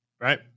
right